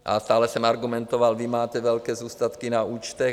A stále jsem argumentoval: vy máte velké zůstatky na účtech.